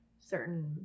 certain